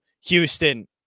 Houston